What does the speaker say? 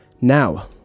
Now